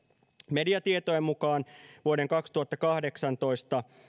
mediatietojen mukaan vuoden kaksituhattakahdeksantoista